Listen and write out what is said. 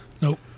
Nope